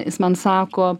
jis man sako